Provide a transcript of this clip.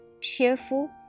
cheerful